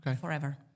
forever